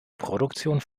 produktion